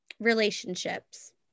relationships